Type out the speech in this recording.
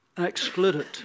excluded